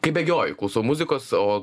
kai bėgioju klausau muzikos o